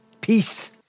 peace